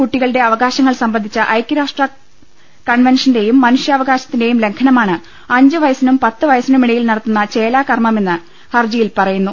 കുട്ടികളുടെ അവകാശങ്ങൾ സംബന്ധിച്ച ഐക്യരാഷ്ട്ര കൺവൻഷന്റെയും മനുഷ്യാവകാശ ത്തിന്റെയും ലംഘനമാണ് അഞ്ച് വയസ്സിനും പത്ത് വയസ്സിനുമിടയിൽ നടത്തുന്ന ചേലാകർമ്മമെന്ന് ഹർജിയിൽ പറയുന്നു